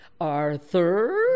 arthur